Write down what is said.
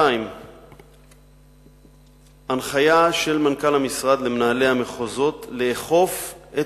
2. הנחיה של מנכ"ל המשרד למנהלי המחוזות לאכוף את